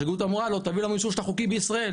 השגרירות אמרה לו תביא לנו אישור שאתה חוקי בישראל,